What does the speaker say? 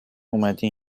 اومدی